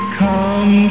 come